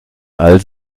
all